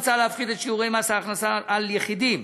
מוצע להפחית את שיעורי מס ההכנסה על יחידים.